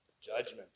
Judgment